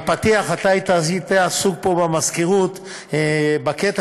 בפתיח אתה היית עסוק פה במזכירות בקטע